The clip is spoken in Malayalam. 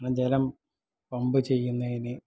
പിന്നെ ജലം പമ്പ് ചെയ്യുന്നതിന്